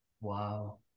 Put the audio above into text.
Wow